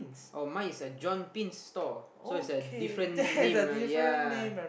oh mine is a John Pin store so it's a different name yea